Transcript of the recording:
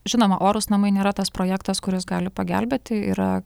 žinoma orūs namai nėra tas projektas kuris gali pagelbėt tai yra